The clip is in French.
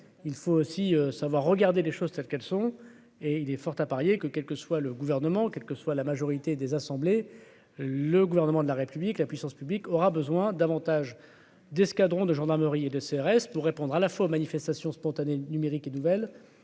il faut aussi savoir regarder les choses telles qu'elles sont et il est fort à parier que, quel que soit le gouvernement quelle que soit la majorité des assemblées, le gouvernement de la République, la puissance publique aura besoin davantage d'escadrons de gendarmerie et de CRS pour répondre à la fois aux manifestations spontanées numérique et nouvelle